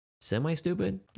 Semi-stupid